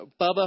Bubba